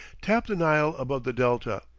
tap the nile above the delta,